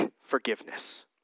forgiveness